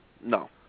no